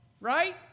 right